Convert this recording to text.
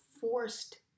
forced